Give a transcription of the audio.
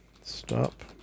stop